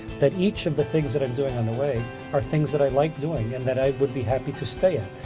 that each of the things that i'm doing on the way are things that i like doing and that i would be happy to stay in.